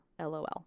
lol